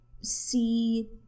see